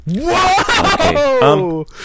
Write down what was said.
Whoa